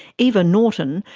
eva norton,